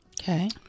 Okay